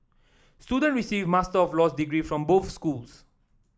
student receive Master of Laws degree from both schools